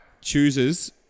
chooses